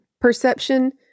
Perception